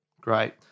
Great